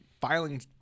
filing